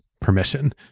permission